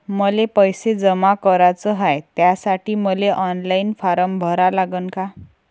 मले पैसे जमा कराच हाय, त्यासाठी मले ऑनलाईन फारम भरा लागन का?